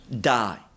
die